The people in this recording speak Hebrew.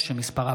2023,